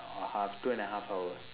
or half two and a half hour